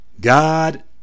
God